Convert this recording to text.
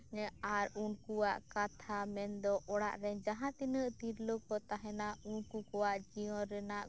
ᱟᱨ ᱩᱱᱠᱩᱣᱟᱜ ᱠᱟᱛᱷᱟ ᱢᱮᱱᱫᱚ ᱚᱲᱟᱜ ᱨᱮ ᱡᱟᱦᱟᱸ ᱛᱤᱱᱟᱹᱜ ᱛᱤᱨᱞᱟᱹᱠᱩ ᱛᱟᱦᱮᱱᱟ ᱩᱱᱠᱩᱠᱚᱣᱟᱜ ᱡᱤᱭᱚᱱ ᱨᱮᱱᱟᱜ